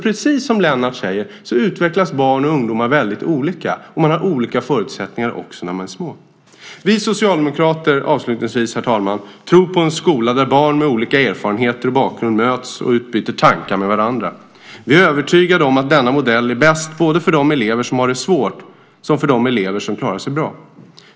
Precis som Lennart Gustavsson säger utvecklas barn och ungdomar väldigt olika, och man har olika förutsättningar också när man är liten. Herr talman! Vi socialdemokrater tror på en skola där barn med olika erfarenheter och bakgrund möts och utbyter tankar med varandra. Vi är övertygade om att denna modell är bäst både för de elever som har det svårt och för de elever som klarar sig bra.